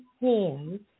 hands